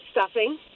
stuffing